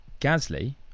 Gasly